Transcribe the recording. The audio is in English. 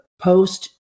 Post